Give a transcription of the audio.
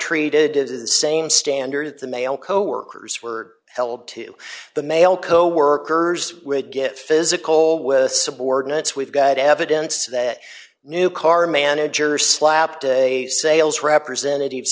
treated in the same standard to male coworkers were held to the male coworkers would get physical with subordinates we've got evidence that new car manager slapped a sales representatives